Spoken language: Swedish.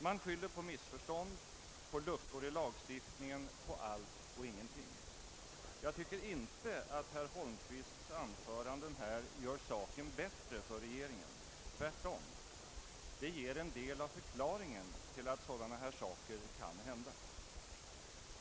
Det skylls på missförstånd, på luckor i lagstiftningen, på allt och ingenting. Jag tycker inte att herr Holmqvists anförande gör saken bättre för regeringen — tvärtom. Det ger en del av förklaringen till att sådana här saker kan hända.